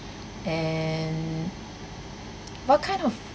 and what kind of